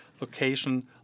location